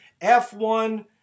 F1